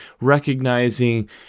recognizing